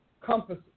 compasses